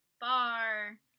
bar